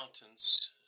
Mountains